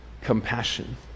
compassion